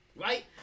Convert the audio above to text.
Right